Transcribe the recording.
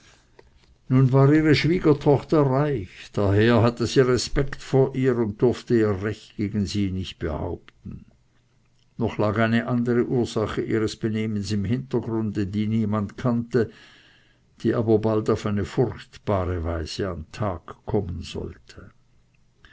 nun war ihre schwiegertochter reich daher hatte sie respekt vor ihr und durfte ihr recht gegen sie nicht behaupten noch lag eine andere ursache ihres benehmens im hintergrunde die niemand kannte die aber bald auf eine furchtbare weise an tag kommen sollte